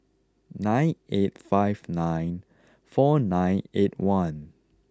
nine eight five nine four nine eight one